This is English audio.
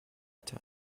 time